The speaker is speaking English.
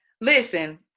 Listen